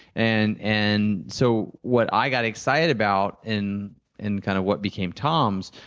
and and so, what i got excited about in in kind of what became toms,